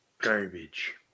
garbage